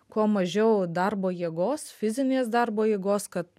kuo mažiau darbo jėgos fizinės darbo jėgos kad